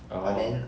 oh